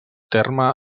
terme